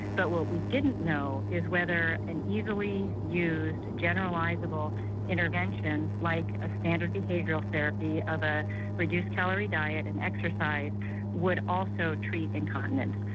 but what we didn't know is whether an easily used generalisable intervention like ah standard behavioural therapy of a reduced calorie diet and exercise would also treat incontinence.